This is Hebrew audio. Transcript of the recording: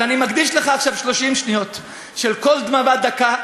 אז אני מקדיש לך עכשיו 30 שניות של קול דממה דקה,